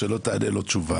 שהיא לא תענה לו תשובה,